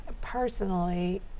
personally